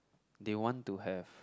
they want to have